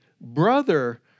brother